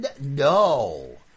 No